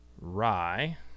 rye